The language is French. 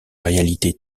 réalité